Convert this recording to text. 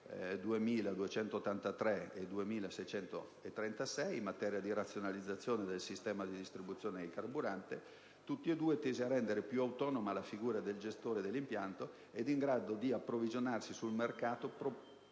n. 2636) in materia di razionalizzazione del sistema di distribuzione dei carburanti, tesi a rendere più autonoma la figura del gestore dell'impianto, e in grado di approvvigionarsi sul mercato ponendo